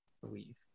believe